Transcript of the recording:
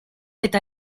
eta